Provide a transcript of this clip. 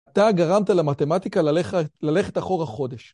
אתה גרמת למתמטיקה ללכת אחורה חודש.